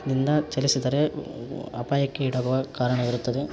ದಿಂದ ಚಲಿಸಿದರೆ ಅಪಾಯಕ್ಕೀಡಾಗುವ ಕಾರಣವಿರುತ್ತದೆ